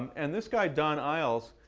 and this guy don eyles,